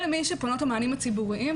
אלה מי שפונות למענים הציבוריים,